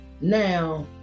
now